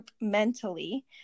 mentally